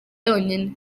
yonyine